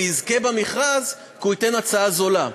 ויזכה במכרז כי הוא ייתן הצעה זולה.